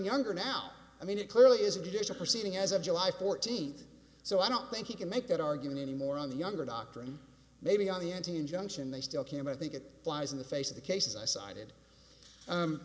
younger now i mean it clearly is a geisha proceeding as of july fourteenth so i don't think you can make that argument anymore on the younger doctrine maybe on the anti injunction they still came i think it flies in the face of the cases i cited